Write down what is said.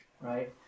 Right